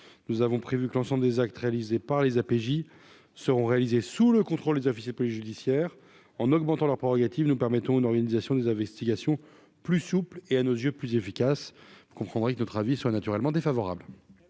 nous avons prévu que l'ensemble des actes réalisés par les APJ seront réalisés sous le contrôle des officiers de police judiciaire en augmentant leurs prérogatives, nous permettons d'organisation des investigations plus souples et à nos yeux. Plus efficace, vous comprendrez que notre avis soit naturellement défavorable.